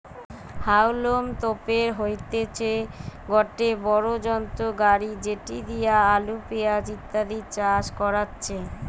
হাউলম তোপের হইতেছে গটে বড়ো যন্ত্র গাড়ি যেটি দিয়া আলু, পেঁয়াজ ইত্যাদি চাষ করাচ্ছে